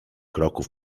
kroków